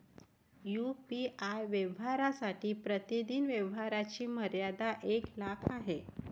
UPI व्यवहारांसाठी प्रतिदिन व्यवहारांची मर्यादा एक लाख आहे